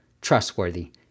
trustworthy